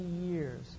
years